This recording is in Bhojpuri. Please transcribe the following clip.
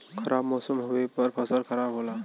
खराब मौसम होवे पर फसल खराब होला